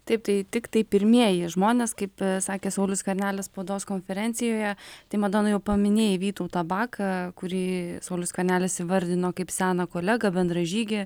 taip tai tiktai pirmieji žmonės kaip sakė saulius skvernelis spaudos konferencijoje tai madonai jau paminėjai vytautą baką kurį saulius skvernelis įvardino kaip seną kolegą bendražygį